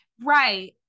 Right